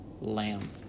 lamb